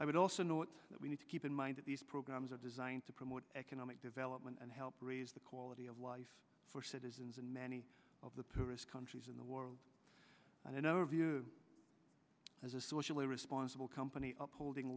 i would also note that we need to keep in mind that these programs are designed to promote economic development and help raise the quality of life for citizens in many of the poorest countries in the world and in our view as a socially responsible company upholding